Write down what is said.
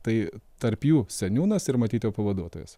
tai tarp jų seniūnas ir matyt jo pavaduotojas